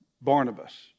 Barnabas